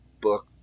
book